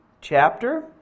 chapter